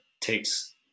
takes